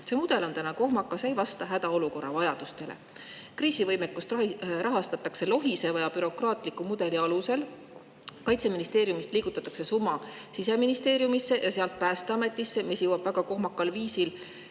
See mudel on kohmakas, ei vasta hädaolukorra vajadustele. Kriisivõimekust rahastatakse lohiseva ja bürokraatliku mudeli alusel. Kaitseministeeriumist liigutatakse summa Siseministeeriumisse ja sealt Päästeametisse, [nii et raha] jõuab väga kohmakal viisil